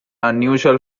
unusual